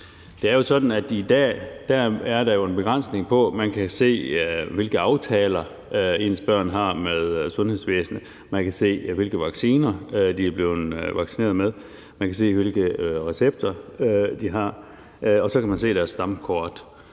Det er jo sådan, at i dag er der en begrænsning, i forhold til at man kan se, hvilke aftaler ens børn har med sundhedsvæsenet, man kan se, hvilke vacciner de er blevet vaccineret med, man kan se, hvilke recepter de har, og så kan man se deres stamkort.